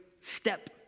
step